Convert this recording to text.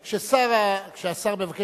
אבל כשהשר מבקש,